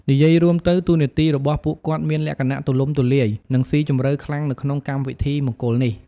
និយាយរួមទៅ តួនាទីរបស់ពួកគាត់មានលក្ខណៈទូលំទូលាយ និងស៊ីជម្រៅខ្លាំងនៅក្នុងកម្មវិធីមង្គលនេះ។